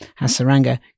Hasaranga